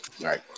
right